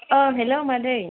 अ हेल' मादै